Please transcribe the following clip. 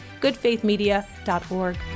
goodfaithmedia.org